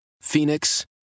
Phoenix